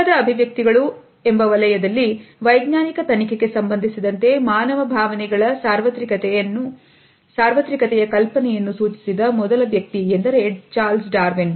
ಮುಖದ ಅಭಿವ್ಯಕ್ತಿಗಳು ವಲಯದಲ್ಲಿ ವೈಜ್ಞಾನಿಕ ತನಿಖೆಗೆ ಸಂಬಂಧಿಸಿದಂತೆ ಮಾನವ ಭಾವನೆಗಳ ಸಾರ್ವತ್ರಿಕತೆ ಕಲ್ಪನೆಯನ್ನು ಸೂಚಿಸಿದ ಮೊದಲ ವ್ಯಕ್ತಿ ಎಂದರೆ ಚಾರ್ಲ್ಸ್ ಡಾರ್ವಿನ್